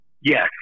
Yes